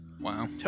Wow